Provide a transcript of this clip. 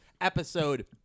episode